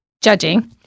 judging